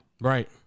Right